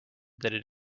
that